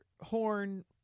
horn